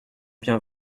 bien